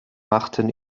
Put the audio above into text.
machten